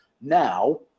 Now